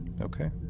Okay